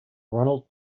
ronald